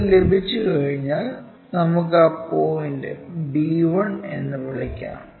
അത് ലഭിച്ചുകഴിഞ്ഞാൽ നമുക്ക് ആ പോയിന്റ് b 1 എന്ന് വിളിക്കാം